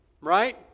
Right